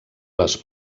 les